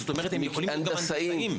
זאת אומרת הם יכולים גם ללכת להנדסאים.